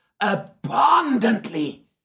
Abundantly